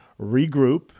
regroup